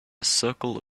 circle